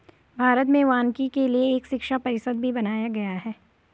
भारत में वानिकी के लिए एक शिक्षा परिषद भी बनाया गया है